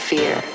Fear